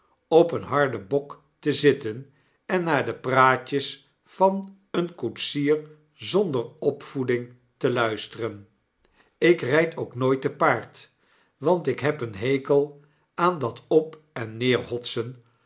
op een harden bok te zitten en naar de praatjes van een koetsier zonder opvoeding te luisteren ik ryd ook nooit te paard want ik heb een hekel aan dat op en neer hotsen